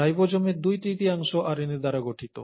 রাইবোসোমের দুই তৃতীয়াংশ আরএনএ দ্বারা গঠিত